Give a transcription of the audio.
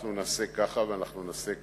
אנחנו נעשה ככה ונעשה ככה.